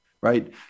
right